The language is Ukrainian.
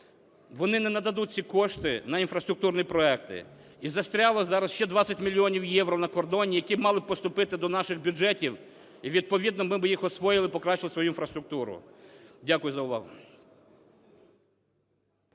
вони не нададуть ці кошти на інфраструктурні проекти. І застряло зараз ще 20 мільйонів євро на кордоні, які мали б поступити до наших бюджетів, і відповідно ми би їх освоїли, покращили свою інфраструктуру. Дякую за увагу.